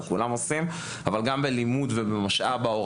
כמו לטפל בתנאי סף.